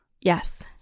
Yes